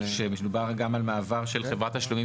שמדובר גם על מעבר של חברת תשלומים